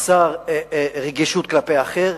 חסר רגישות כלפי האחר,